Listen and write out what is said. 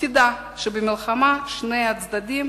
תדע שבמלחמה שני הצדדים